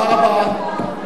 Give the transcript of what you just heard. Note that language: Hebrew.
למה, של חברי הכנסת?